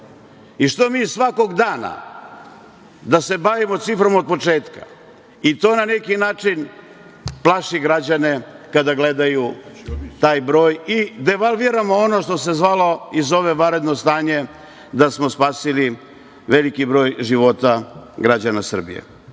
Što mi svakog dana da se bavimo ciframa od početka? To na neki način, plaši građane, kada gledaju taj broj i devalviramo ono što se zvalo i zove vanredno stanje, da smo spasili veliki broj života građana Srbije. Često